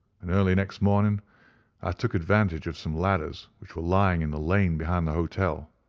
and early next morning i took advantage of some ladders which were lying in the lane behind the hotel,